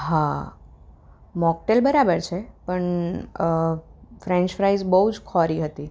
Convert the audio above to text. હં મોકટેઈલ બરાબર છે પણ ફ્રેંચ ફ્રાઇસ બહુ જ ખોરી હતી